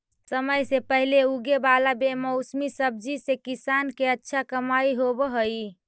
समय से पहले उगे वाला बेमौसमी सब्जि से किसान के अच्छा कमाई होवऽ हइ